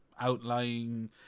outlying